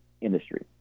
industry